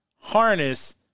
harness